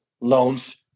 loans